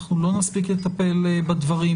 אנחנו לא נספיק לטפל בדברים,